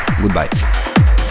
Goodbye